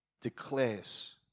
declares